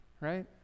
right